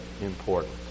important